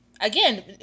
again